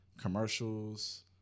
commercials